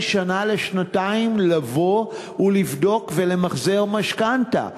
כל שנה לשנתיים לבוא ולבדוק ולמחזר משכנתה,